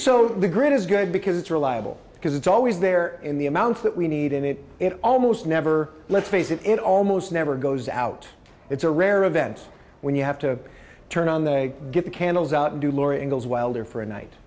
so the grid is good because it's reliable because it's always there in the amounts that we need and it almost never let's face it it almost never goes out it's a rare event when you have to turn on they get the candles out do laura ingalls wilder for a night